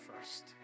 first